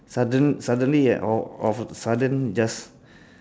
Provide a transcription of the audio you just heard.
sudden~ suddenly ah all all of a sudden just